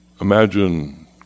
imagine